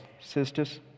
sisters